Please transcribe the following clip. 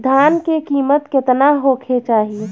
धान के किमत केतना होखे चाही?